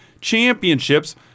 championships